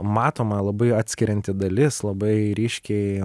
matoma labai atskirianti dalis labai ryškiai